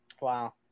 Wow